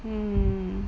um